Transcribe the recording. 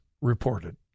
reported